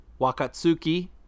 Wakatsuki